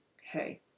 Hey